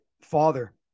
father